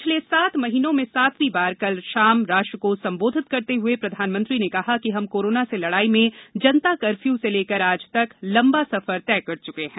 पिछले सात महीनों में सातवीं बार कल शाम राष्ट्र को संबोधित करते हुए प्रधानमंत्री ने कहा कि हम कोरोना से लडाई में जनता कर्फ्यू से लेकर आज तक लंबा सफर तय कर चुके हैं